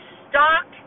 stock